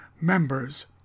members